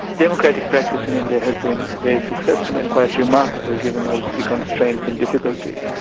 democratic practice in india has been very successful and quite remarkable given all the constraints and difficulties,